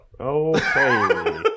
Okay